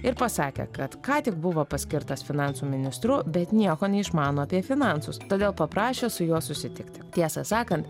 ir pasakė kad kątik buvo paskirtas finansų ministru bet nieko neišmano apie finansus todėl paprašė su juo susitikti tiesą sakant